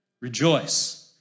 Rejoice